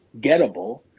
gettable